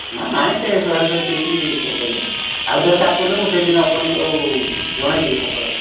ହେ ନାଇଁ ସେ ଶହେ ଶହେ ପିସ କରିଦେବେ ଆଉ ଦରକାର ପଡ଼ିଲେ ମୁଁ ସେଇ ଦିନ ଆପଣଙ୍କୁ ଜଣେଇ ଦେବି ସକାଳେ